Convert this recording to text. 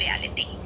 reality